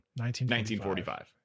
1945